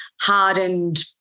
hardened